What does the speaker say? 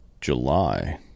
July